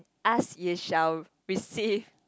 ask you shall receive